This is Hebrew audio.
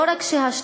לא רק שה-12